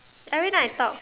every time I talk